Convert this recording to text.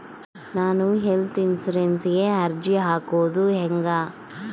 ನಾನು ಹೆಲ್ತ್ ಇನ್ಸುರೆನ್ಸಿಗೆ ಅರ್ಜಿ ಹಾಕದು ಹೆಂಗ?